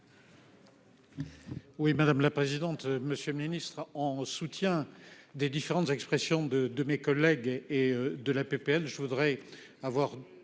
Oui madame la présidente. Monsieur le Ministre, en soutien des différentes expressions de de mes collègues et de la PPL, je voudrais avoir